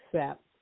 accept